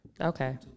Okay